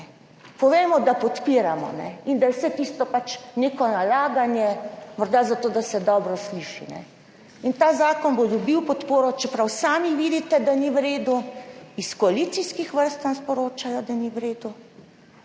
povejmo, da podpiramo in da je vse tisto pač neko nalaganje, morda zato, da se dobro sliši. In ta zakon bo dobil podporo, čeprav sami vidite, da ni v redu. Iz koalicijskih vrst nam sporočajo, da ni v redu